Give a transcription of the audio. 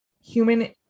human